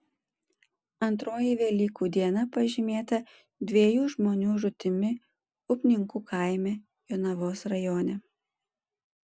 antroji velykų diena pažymėta dviejų žmonių žūtimi upninkų kaime jonavos rajone